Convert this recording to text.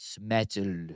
metal